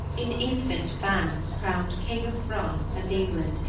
in infant bands crown'd king of france and england,